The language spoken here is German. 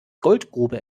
goldgrube